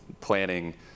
planning